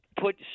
put